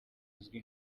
uzwi